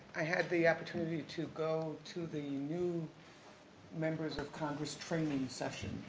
i had the opportunity to go to the new members of congress training session,